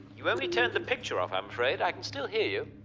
you only turned the picture off, i'm afraid. i can still hear you.